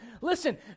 Listen